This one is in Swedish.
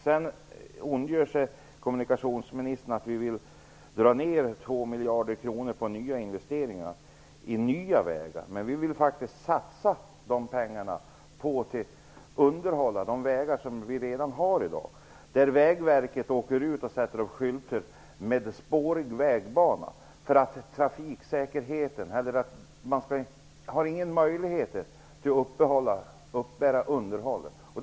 Kommunikationsministern ondgör sig över att vi vill dra ner med 2 miljarder kronor investeringar i nya vägar. Men vi vill faktiskt satsa dessa pengar på underhåll av de vägar som vi redan har i dag och där Vägverket sätter upp skyltar med varning för spårig vägbana. Man har ingen möjlighet att upprätthålla underhållet.